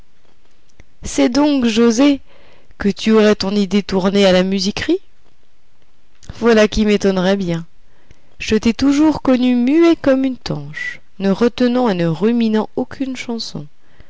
c'est donc joset que tu aurais ton idée tournée à la musiquerie voilà qui m'étonnerait bien je t'ai toujours connu muet comme une tanche ne retenant et ne ruminant aucune chanson